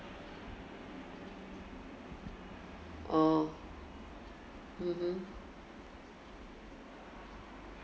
orh mmhmm